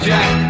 Jack